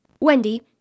Wendy